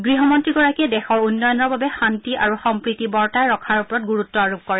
গৃহমন্ত্ৰীগৰাকীয়ে দেশৰ উন্নয়ণৰ বাবে শান্তি আৰু সম্প্ৰীতি বৰ্তাই ৰখাৰ ওপৰত গুৰুত্ব আৰোপ কৰে